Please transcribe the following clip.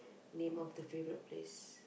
name of the favourite place